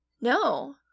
No